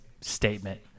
statement